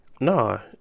no